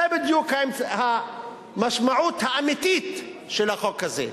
זו בדיוק המשמעות האמיתית של החוק הזה.